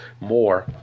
more